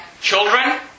Children